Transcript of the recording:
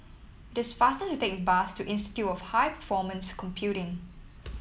it is faster to take the bus to Institute of High Performance Computing